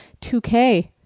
2K